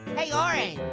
hey, orange.